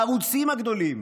בערוצים הגדולים,